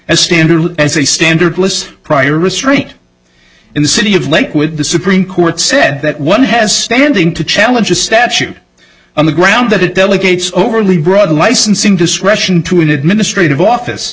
as standard as a standard list prior restraint in the city of lake with the supreme court said that one has standing to challenge a statute on the ground that it delegates overly broad licensing discretion to an administrative office